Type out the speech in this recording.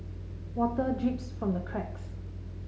water drips from the cracks